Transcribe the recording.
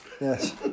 yes